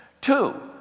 Two